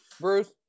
Bruce